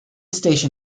station